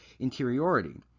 interiority